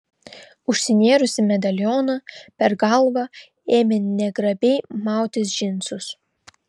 užsinėrusi medalioną per galvą ėmė negrabiai mautis džinsus